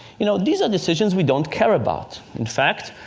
you know these are decisions we don't care about. in fact,